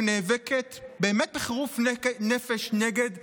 שנאבקת באמת בחירוף נפש נגד אנטישמיות,